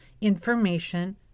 Information